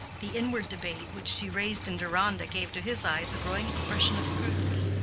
the inward debate which she raised in deronda gave to his eyes a growing expression of scrutiny,